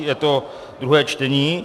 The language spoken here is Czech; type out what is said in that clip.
Je to druhé čtení.